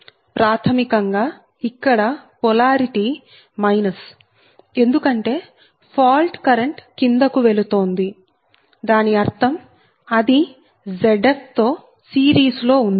ప్రాథమికంగా ఇక్కడ polarity minus ఎందుకంటే ఫాల్ట్ కరెంట్ కిందకు వెళుతోంది దాని అర్థం అది Zf తో సిరీస్ లో ఉంది